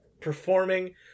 performing